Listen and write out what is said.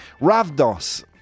Ravdos